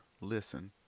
listen